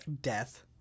death